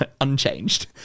unchanged